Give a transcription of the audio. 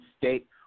State